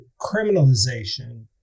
criminalization